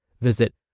Visit